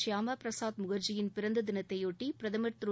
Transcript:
ஷியாமா பிரசாத் முகா்ஜியின் பிறந்த தினத்தையொட்டி பிரதமர் திரு